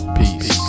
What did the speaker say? peace